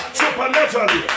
supernaturally